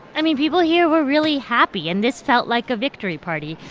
i mean, people here were really happy. and this felt like a victory party.